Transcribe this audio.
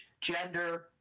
gender